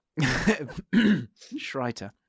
Schreiter